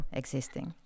existing